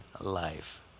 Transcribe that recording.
life